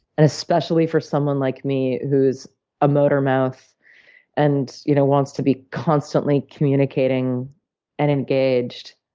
and especially for someone like me, who's a motor-mouth and you know wants to be constantly communicating and engaged,